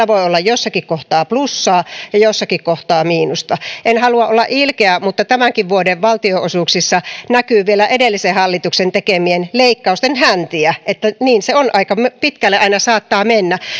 voi olla jossakin kohtaa plussaa ja jossakin kohtaa miinusta en halua olla ilkeä mutta tämänkin vuoden valtionosuuksissa näkyy vielä edellisen hallituksen tekemien leikkausten häntiä niin se on aika pitkälle aina saattaa mennä